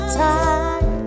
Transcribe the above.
time